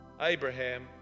Abraham